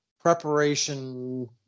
preparation